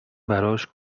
براش